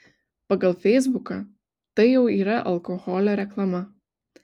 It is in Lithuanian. pagal feisbuką tai jau yra alkoholio reklama